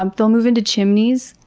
um they'll move into chimneys.